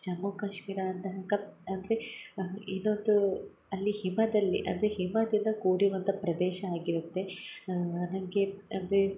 ಜಮ್ಮು ಕಾಶ್ಮೀರ ಅಂದಾಗ ಅಲ್ಲಿ ಇನ್ನೊಂದು ಅಲ್ಲಿ ಹಿಮದಲ್ಲಿ ಅಂದರೆ ಹಿಮದಿಂದ ಕೂಡಿರುವಂಥ ಪ್ರದೇಶ ಆಗಿರುತ್ತೆ ಅದಕ್ಕೆ ಅಂದರೆ